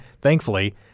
thankfully